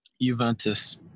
Juventus